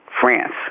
France